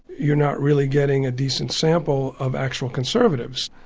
you're not really getting a decent sample of actual conservatives.